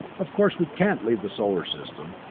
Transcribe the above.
of course we can't leave the solar system.